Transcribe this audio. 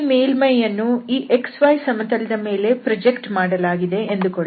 ಈ ಮೇಲ್ಮೈ ಯನ್ನು ಈ xy ಸಮತಲದ ಮೇಲೆ ಪ್ರೊಜೆಕ್ಟ್ ಮಾಡಲಾಗಿದೆ ಎಂದುಕೊಳ್ಳೋಣ